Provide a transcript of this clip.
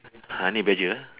honey badger ah